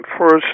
first